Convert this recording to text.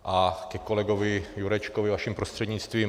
A ke kolegovi Jurečkovi vaším prostřednictvím.